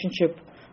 relationship